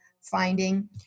finding